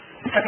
Okay